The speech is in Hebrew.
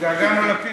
התגעגענו לפיתה,